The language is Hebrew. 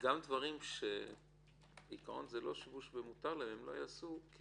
גם דברים שהם לא שיבוש ומותר להם הם לא יעשו כי